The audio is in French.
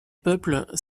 peuples